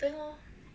we're a